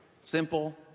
Simple